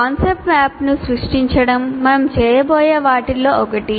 concept మ్యాప్ను సృష్టించడం మనం చేయబోయే వాటిలో ఒకటి